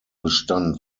bestand